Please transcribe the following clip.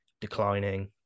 declining